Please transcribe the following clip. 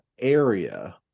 area